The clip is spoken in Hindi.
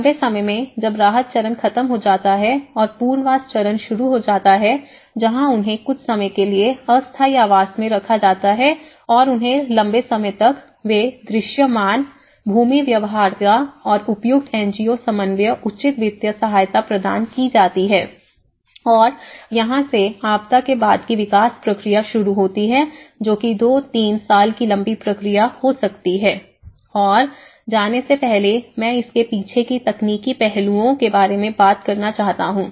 लंबे समय में जब राहत चरण खत्म हो जाता है और पुनर्वास चरण शुरू हो जाता है जहां उन्हें कुछ समय के लिए अस्थायी आवास में रखा जाता है और उन्हें लंबे समय तक वे दृश्यमान भूमि व्यवहार्यता और उपयुक्त एनजीओ समन्वय उचित वित्तीय सहायता प्रदान की जाती है और यहां से आपदा के बाद की विकास प्रक्रिया शुरू होती है जो की दो तीन साल की लंबी प्रक्रिया हो सकती है और जाने से पहले मैं इसके पीछे की तकनीकी पहलुओं के बारे में बात करना चाहता हूं